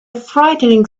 frightening